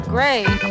Great